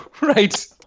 Right